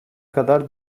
kadar